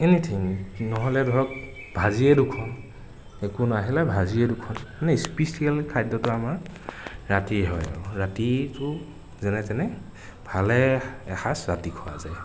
anything নহ'লে ধৰক ভাজিয়েই দুখন একো নহ'লে ভাজিয়েই দুখন মানে স্পিচিয়েল খাদ্য়টো আমাৰ ৰাতিয়েই হয় ৰাতিটো যেনে তেনে ভালেৰে এসাঁজ ৰাতি খোৱা যায়